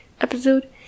episode